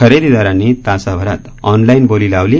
खरेदीदारांनी तासाभरात ऑनलाईन बोली लावली